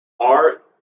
are